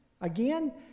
Again